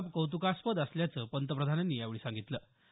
ही बाब कौतुकास्पद असल्याचं पंतप्रधानांनी यावेळी सांगितलं